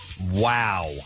wow